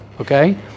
okay